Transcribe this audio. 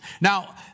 now